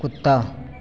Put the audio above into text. कुत्ता